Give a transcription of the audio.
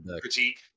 critique